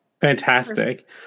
Fantastic